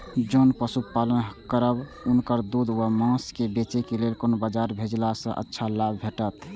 जोन पशु पालन करब उनकर दूध व माँस के बेचे के लेल कोन बाजार भेजला सँ अच्छा लाभ भेटैत?